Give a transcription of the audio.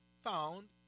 found